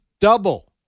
double